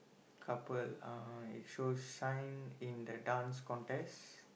couple ah it shows shine in the Dance Contest